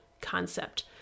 concept